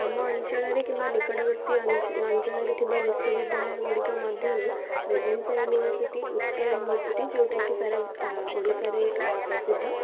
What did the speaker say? ଆମ ଅଞ୍ଚଳରେ କିମ୍ବା ନିକଟବର୍ତ୍ତୀ ଅଞ୍ଚଳରେ ଥିବା ବିଶ୍ୱବିଦ୍ୟାଳୟ ଗୁଡ଼ିକ ମଧ୍ୟରୁ ରେଭେନ୍ସା ୟୁନିଭରସିଟି ଉତ୍କଳ ୟୁନିଭରସିଟି ଯେଉଁଟାକି ସାରା ଓଡ଼ିଶାରେ ପ୍ରସିଦ୍ଧ